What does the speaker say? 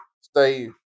stay